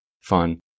fun